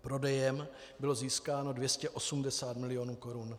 Prodejem bylo získáno 280 milionů korun.